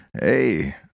hey